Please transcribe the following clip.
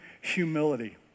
humility